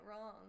wrong